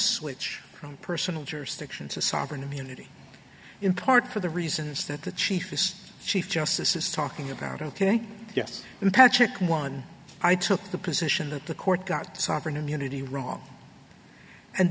switch from personal jurisdiction to sovereign immunity in court for the reasons that the chiefest chief justice is talking about ok yes and patrick one i took the position that the court got sovereign immunity wrong and